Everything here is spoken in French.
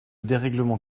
dérèglement